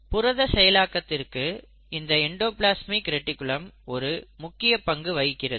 புரத செயலாக்கத்திற்கு இந்த எண்டோப்லஸ்மிக் ரெடிக்குலம் ஒரு முக்கிய பங்கு வகிக்கிறது